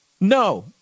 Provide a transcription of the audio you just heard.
No